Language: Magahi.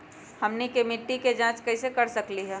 हमनी के मिट्टी के जाँच कैसे कर सकीले है?